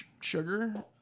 sugar